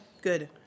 Good